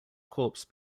corpse